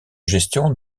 gestion